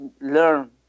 learn